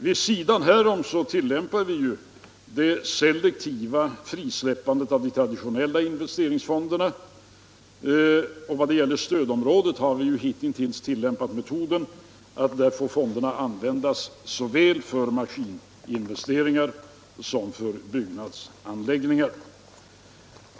Vid sidan härav tillämpar vi det selektiva frisläppandet av de traditionella investeringsfonderna. Vad gäller stödområdet har vi hitintills tillämpat metoden att fonderna får användas för såväl maskininvesteringar som byggnadsanläggningar.